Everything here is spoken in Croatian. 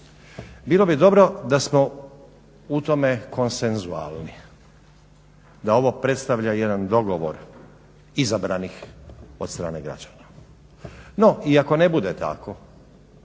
Bilo bi dobro da smo u tome konsenzualni, da ovo predstavlja jedan dogovor izabranih od strane građane. No i ako ne bude tako,